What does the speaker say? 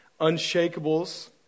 unshakables